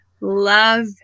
love